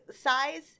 size